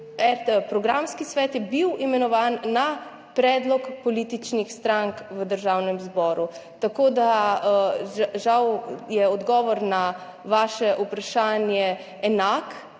Programski svet imenovan na predlog političnih strank v Državnem zboru. Tako da je žal odgovor na vaše vprašanje enak,